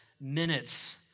minutes